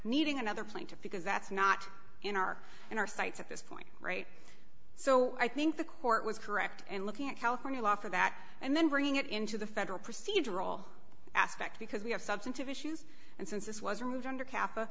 needing another plaintiff because that's not in our in our sights at this point right so i think the court was correct and looking at california law for that and then bringing it into the federal procedural aspect because we have substantive issues and since this was removed under cappa